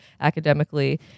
academically